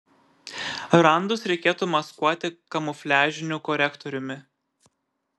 randus reikėtų maskuoti kamufliažiniu korektoriumi